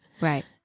Right